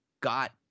got